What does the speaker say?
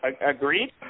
Agreed